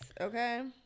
okay